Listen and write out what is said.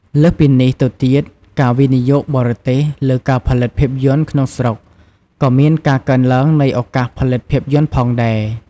លើសពីនេះទៅទៀតការវិនិយោគបរទេសលើការផលិតភាពយន្តក្នុងស្រុកក៏មានការកើនឡើងនៃឱកាសផលិតភាពយន្តផងដែរ។